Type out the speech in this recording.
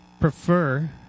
prefer